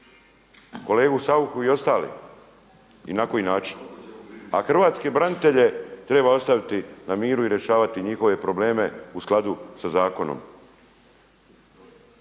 kolegu Sauchu i ostale i na koji način? A hrvatske branitelje treba ostaviti na miru i rješavati njihove probleme u skladu sa zakonom.